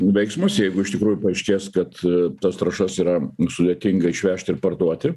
veiksmas jeigu iš tikrųjų paaiškės kad tas trąšas yra sudėtinga išvežti ir parduoti